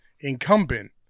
incumbent